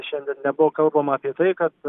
šiandien nebuvo kalbama apie tai kad